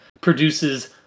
produces